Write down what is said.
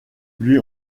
lui